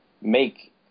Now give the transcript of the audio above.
make